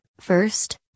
first